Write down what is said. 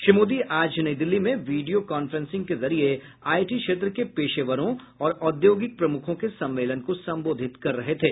श्री मोदी आज नई दिल्ली में वीडियो कांफ्रेंसिंग के जरिये आईटी क्षेत्र के पेशेवरों और औद्योगिक प्रमुखों के सम्मेलन को संबोधित कर रहे थे